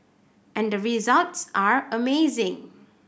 and the results are amazing